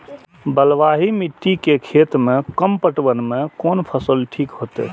बलवाही मिट्टी के खेत में कम पटवन में कोन फसल ठीक होते?